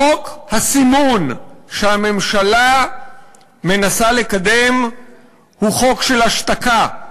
חוק הסימון שהממשלה מנסה לקדם הוא חוק של השתקה,